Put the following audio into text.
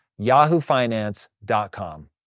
yahoofinance.com